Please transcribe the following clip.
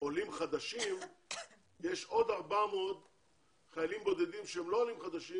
עולים חדשים יש עוד 400 חיילים בודדים שהם לא עולים חדשים,